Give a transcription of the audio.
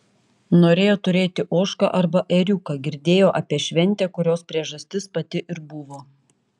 norėjo turėti ožką arba ėriuką girdėjo apie šventę kurios priežastis pati ir buvo